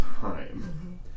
time